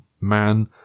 man